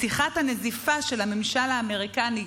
משיחת הנזיפה של הממשל האמריקני,